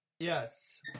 Yes